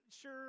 Sure